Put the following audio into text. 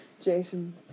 Jason